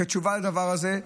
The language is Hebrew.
כתשובה לדבר הזה,